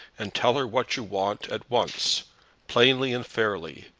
and tell her what you want at once plainly and fairly.